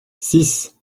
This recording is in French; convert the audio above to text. six